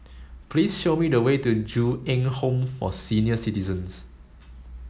please show me the way to Ju Eng Home for Senior Citizens